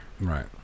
right